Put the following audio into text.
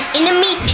enemy